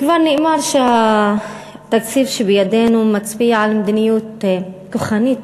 כבר נאמר שהתקציב שבידנו מצביע על מדיניות כוחנית,